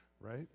Right